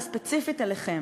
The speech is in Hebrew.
וספציפית אליכם.